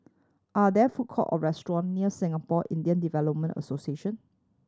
are there food court or restaurant near Singapore Indian Development Association